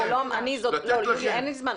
--- יוליה, אין לי זמן.